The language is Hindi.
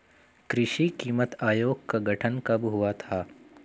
कृषि कीमत आयोग का गठन कब हुआ था?